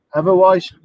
otherwise